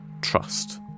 trust